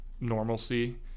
normalcy